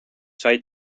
said